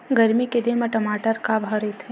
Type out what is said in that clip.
गरमी के दिन म टमाटर का भाव रहिथे?